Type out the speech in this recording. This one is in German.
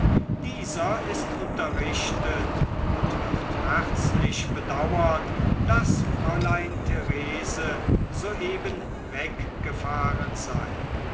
dieser ist unterrichtet und wird herzlich bedauern daß fräulein therese soeben weggefahren sei